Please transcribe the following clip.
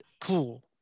cool